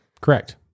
correct